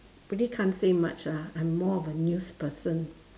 pretty can't say much lah I'm more of a news person